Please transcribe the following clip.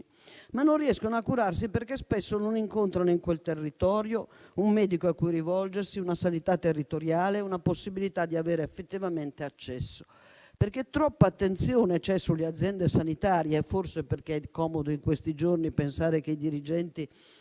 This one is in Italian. che non riescono a curarsi perché spesso non incontrano in quel territorio un medico a cui rivolgersi, una sanità territoriale e una possibilità di avere effettivamente accesso. C'è troppa attenzione sulle aziende sanitarie; è comodo in questi giorni pensare che i dirigenti